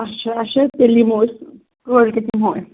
اچھا اچھا تیٚلہِ یِمو أسۍ کٲلۍکیٚتھ یِمو أسۍ